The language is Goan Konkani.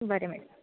बरें मॅडम